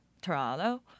Toronto